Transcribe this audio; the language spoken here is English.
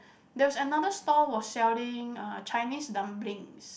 there was another stall was selling uh Chinese dumplings